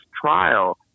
trial